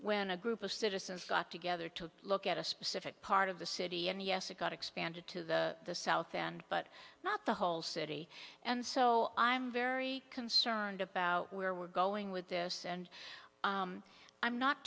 when a group of citizens got together to look at a specific part of the city and yes it got expanded to the south end but not the whole city and so i'm very concerned about where we're going with this and i'm not